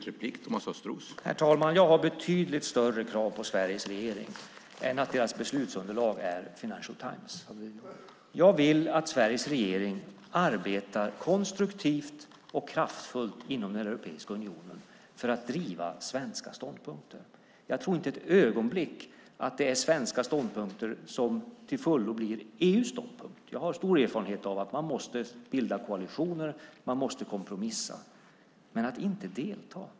Herr talman! Jag har betydligt större krav på Sveriges regering än att deras beslutsunderlag är Financial Times. Jag vill att Sveriges regering arbetar konstruktivt och kraftfullt inom Europeiska unionen för att driva svenska ståndpunkter. Jag tror inte ett ögonblick att det är svenska ståndpunkter som till fullo blir EU:s ståndpunkter. Jag har stor erfarenhet av att man måste bilda koalitioner och måste kompromissa. Men att inte delta!